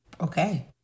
Okay